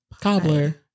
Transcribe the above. Cobbler